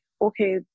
okay